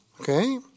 Okay